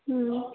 हूँ